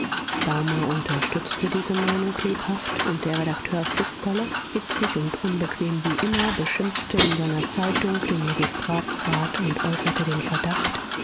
daumer unterstützte diese meinung lebhaft und der redakteur pfisterle hitzig und unbequem wie immer beschimpfte in seiner zeitung den magistratsrat und äußerte den verdacht